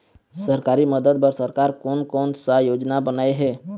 सरकारी मदद बर सरकार कोन कौन सा योजना बनाए हे?